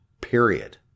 Period